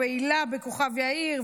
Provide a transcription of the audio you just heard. הילה בכוכב יאיר,